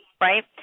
right